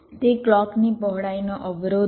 તે ક્લૉકની પહોળાઈનો અવરોધ છે